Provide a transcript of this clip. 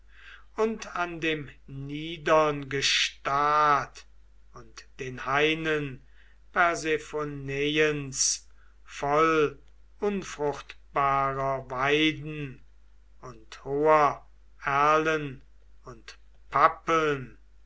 und an dem niedern gestad und den hainen persephoneiens voll unfruchtbarer weiden und hoher erlen und pappeln